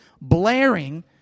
blaring